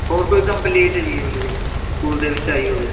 ਹੋਰ ਕੋਈ ਕੰਪਲੇਟ ਜੀ ਉਸਦੀ ਸਕੂਲ ਦੇ ਵਿੱਚ ਆਈ ਹੋਵੇ